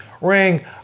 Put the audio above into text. ring